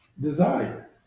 desire